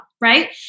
Right